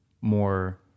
more